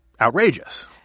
outrageous